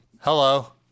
Hello